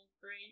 great